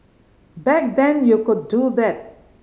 back then you could do that